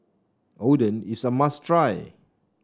oden is a must try